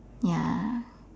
ya